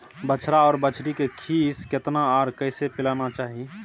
बछरा आर बछरी के खीस केतना आर कैसे पिलाना चाही?